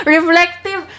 Reflective